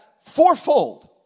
fourfold